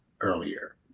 earlier